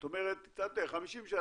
זאת אומרת 50 שנה